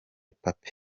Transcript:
papy